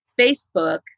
Facebook